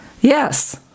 Yes